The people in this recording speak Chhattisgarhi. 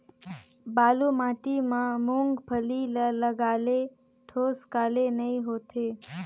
बालू माटी मा मुंगफली ला लगाले ठोस काले नइ होथे?